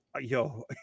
yo